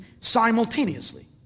simultaneously